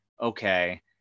okay